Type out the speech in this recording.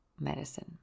medicine